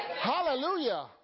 Hallelujah